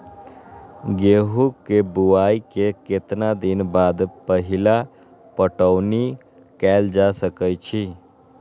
गेंहू के बोआई के केतना दिन बाद पहिला पटौनी कैल जा सकैछि?